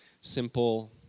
simple